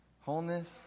Wholeness